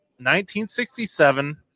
1967